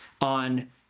on